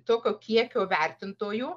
tokio kiekio vertintojų